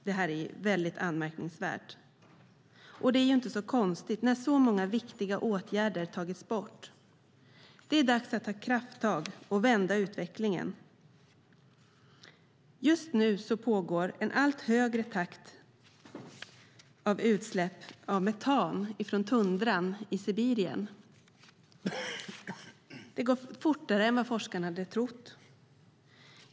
Det är mycket anmärkningsvärt. Men det är inte så konstigt när så många viktiga åtgärder har tagits bort. Det är dags att ta krafttag och vända utvecklingen. Just nu pågår i allt högre takt utsläpp av metan från tundran i Sibirien. Det går fortare än vad forskarna hade trott.